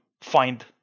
find